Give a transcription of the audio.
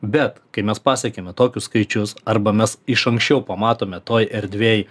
bet kai mes pasiekiame tokius skaičius arba mes iš anksčiau pamatome toj erdvėj